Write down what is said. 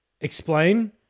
explain